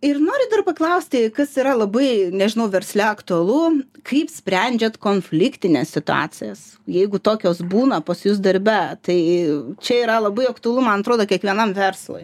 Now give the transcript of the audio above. ir noriu dar paklausti kas yra labai nežinau versle aktualu kaip sprendžiat konfliktines situacijas jeigu tokios būna pas jus darbe tai čia yra labai aktualu man atrodo kiekvienam verslui